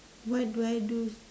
what do I do